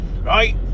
Right